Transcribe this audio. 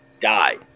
die